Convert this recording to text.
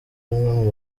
umwe